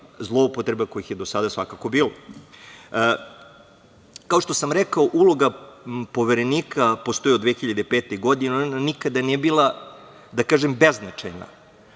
zloupotreba kojih je do sada svakako bilo. Kao što sam rekao, uloga Poverenika postoji od 2005. godine. Ona nikada nije bila, da kažem, beznačajna,